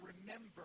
remember